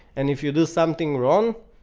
and if you do something wrong,